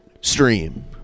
stream